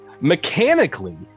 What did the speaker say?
Mechanically